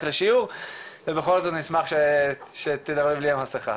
לשיעור ובכל זאת נשמח שתדברי בלי המסכה.